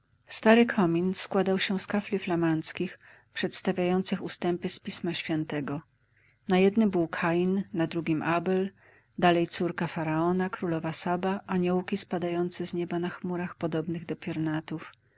stary komin składał się z kafli flamandzkich przedstawiających ustępy z pisma świętego na jednym był kain na drugim abel dalej córka faraona królowa saba aniołki spadające z nieba na chmurach podobnych do piernatów